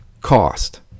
cost